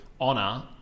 honor